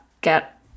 get